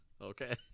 Okay